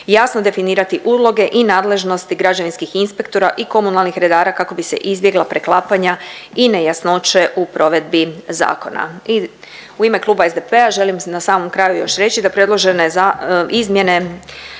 jasno definirati uloge i nadležnosti građevinskih inspektora i komunalnih redara kako bi se izbjegla preklapanja i nejasnoće u provedbi zakona. I u ime Kluba SDP-a želim na samom kraju još reći da predložene izmjene